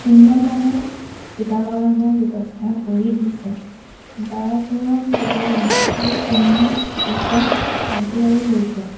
উন্নতমানৰ টীকাকৰণৰ ব্যৱস্থা কৰি দিছে যাৰ ফলত জীৱ জন্তুবোৰ উন্নত চিকিৎসাৰ অধিকাৰী হৈছে